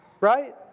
Right